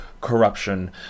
corruption